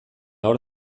hor